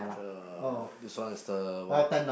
uh this one is the what